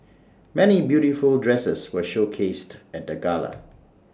many beautiful dresses were showcased at the gala